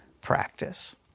practice